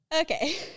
Okay